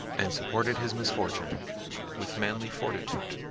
and supported his misfortune with manly fortitude.